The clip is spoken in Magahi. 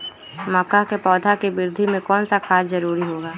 मक्का के पौधा के वृद्धि में कौन सा खाद जरूरी होगा?